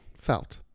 felt